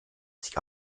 sich